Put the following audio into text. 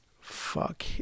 fuck